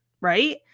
right